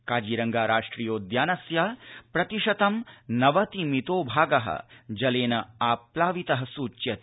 काजीरंगा राष्ट्रियोद्यानस्य प्रतिशतं नवति मितो भाग जलेनाप्लावित सूच्यते